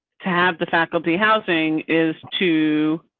to have the faculty housing is to.